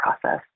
process